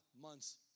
months